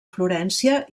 florència